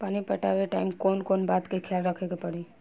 पानी पटावे टाइम कौन कौन बात के ख्याल रखे के पड़ी?